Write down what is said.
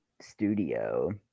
studio